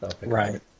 Right